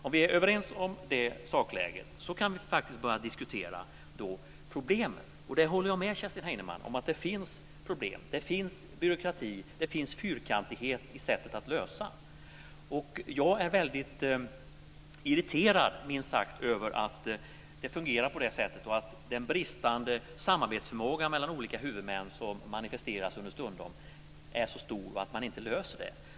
Om vi är överens om det sakläget kan vi faktiskt börja diskutera problemen. Jag håller med Kerstin Heinemann om att det finns problem. Det finns byråkrati. Det finns fyrkantighet i sättet att lösa problem. Jag är minst sagt mycket irriterad över att det fungerar på det sättet och över att den brist på samarbetsförmåga mellan olika huvudmän som understundom manifesteras är så stor, liksom att man inte löser detta problem.